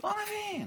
לא מבין.